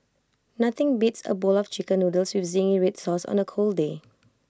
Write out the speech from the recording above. nothing beats A bowl of Chicken Noodles with Zingy Red Sauce on A cold day